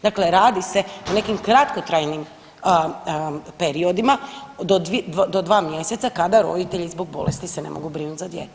Dakle, radi se o nekim kratkotrajnim periodima do 2 mjeseca kada roditelji zbog bolesti se ne mogu brinuti za dijete.